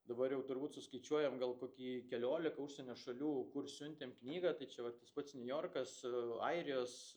dabar jau turbūt suskaičiuojam gal kokį keliolika užsienio šalių kur siuntėm knygą tai čia vat tas pats niujorkas airijos